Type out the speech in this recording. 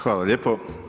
Hvala lijepo.